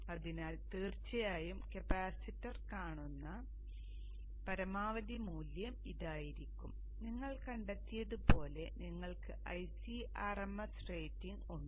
അതിനാൽ തീർച്ചയായും കപ്പാസിറ്റർ കാണുന്ന പരമാവധി മൂല്യം ഇതായിരിക്കും ഇപ്പോൾ കണ്ടെത്തിയതുപോലെ നിങ്ങൾക്ക് Ic rms റേറ്റിംഗ് ഉണ്ട്